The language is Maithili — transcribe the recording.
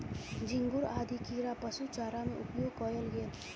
झींगुर आदि कीड़ा पशु चारा में उपयोग कएल गेल